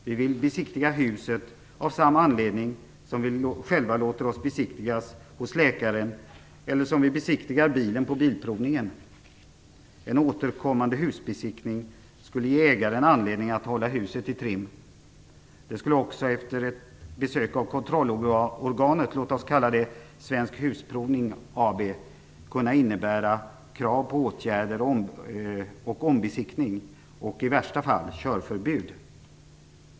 Vi vill besiktiga huset av samma anledning som vi själva låter oss besiktigas hos läkaren eller besiktigar bilen på bilprovningen. En återkommande husbesiktning skulle ge ägaren anledning att hålla huset i trim. Det skulle också efter ett besök av kontrollorganet, låt oss kalla det Svensk Husprovning AB, kunna innebära krav på åtgärder och ombesiktning och i värsta fall "körförbud".